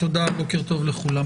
רבה, הישיבה נעולה.